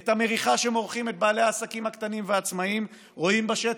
את המריחה שמורחים את בעלי העסקים הקטנים והעצמאים רואים בשטח.